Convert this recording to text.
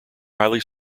highly